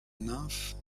nymphes